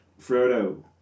Frodo